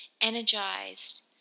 energized